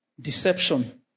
Deception